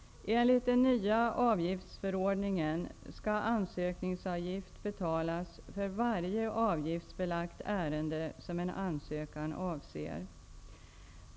Enligt den nya avgiftsförordningen skall ansökningsavgift betalas för varje avgiftsbelagt ärende som en ansökan avser.